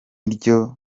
ryo